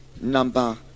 number